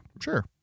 sure